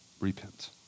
Repent